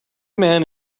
man